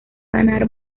ganar